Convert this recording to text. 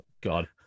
God